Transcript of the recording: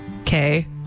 Okay